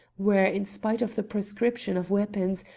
where, in spite of the proscription of weapons,